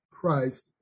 Christ